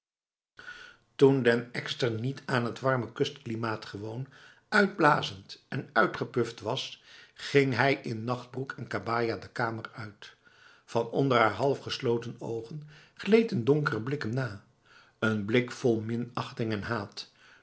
toen den ekster niet aan het warme kustklimaat gewoon uitgeblazen en uitgepuft was ging hij in nachtbroek en kabaja de kamer uit vanonder haar halfgesloten ogen gleed een donkere blik hem na n blik vol minachting en haat